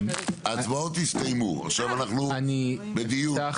לכן אני אומר: אני מקווה שמנכ"ל משרד האוצר